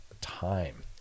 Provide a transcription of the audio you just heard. time